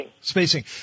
Spacing